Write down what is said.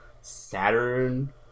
Saturn